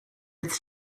its